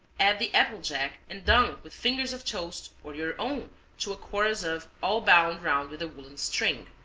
add the applejack and dunk with fingers of toast or your own to a chorus of all bound round with a woolen string.